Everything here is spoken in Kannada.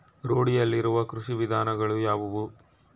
ರೂಢಿಯಲ್ಲಿರುವ ಕೃಷಿ ವಿಧಾನಗಳು ಯಾವುವು?